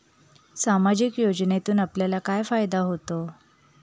सामाजिक योजनेतून आपल्याला काय फायदा होतो?